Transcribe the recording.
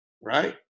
Right